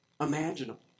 imaginable